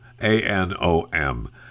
a-n-o-m